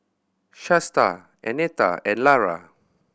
Shasta Annetta and Lara